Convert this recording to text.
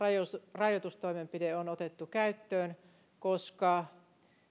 rajoitustoimenpide on otettu käyttöön koska